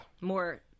More